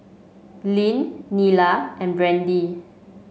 Lyn Nila and Brandi